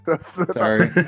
Sorry